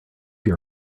your